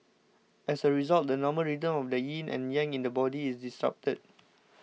as a result the normal rhythm of the yin and yang in the body is disrupted